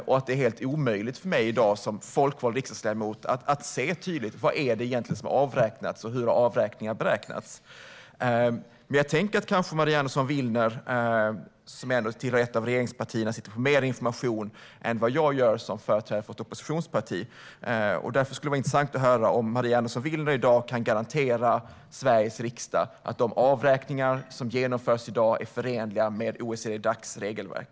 Det är i dag helt omöjligt för mig som folkvald riksdagsledamot att tydligt se vad det är som är avräknat och hur avräkningen har beräknats. Kanske Maria Andersson Willner, som tillhör ett av regeringspartierna, sitter på mer information än vad jag gör som företrädare för ett oppositionsparti. Därför skulle det vara intressant att höra om Maria Andersson Willner i dag kan garantera Sveriges riksdag att de avräkningar som i dag genomförs är förenliga med OECD-Dacs regelverk.